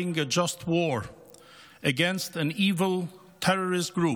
a just war against an evil terrorist group.